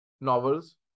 novels